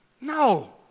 No